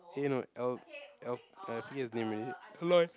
eh no I I forget his name already